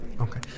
Okay